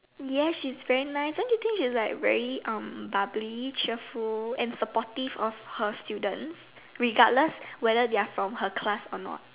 yes she's very nice don't you think she's like very um bubbly cheerful and supportive of her students regardless whether they are from her class or not